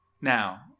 Now